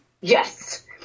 Yes